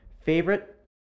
favorite